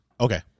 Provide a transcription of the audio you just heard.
okay